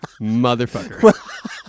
motherfucker